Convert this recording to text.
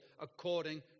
according